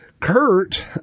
Kurt